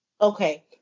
Okay